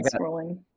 scrolling